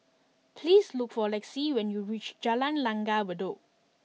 please look for Lexi when you reach Jalan Langgar Bedok